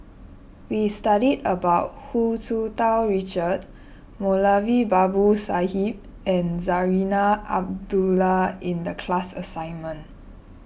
we studied about Hu Tsu Tau Richard Moulavi Babu Sahib and Zarinah Abdullah in the class assignment